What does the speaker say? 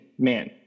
Man